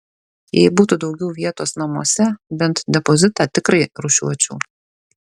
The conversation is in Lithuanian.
jei būtų daugiau vietos namuose bent depozitą tikrai rūšiuočiau